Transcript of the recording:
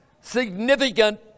significant